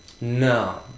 No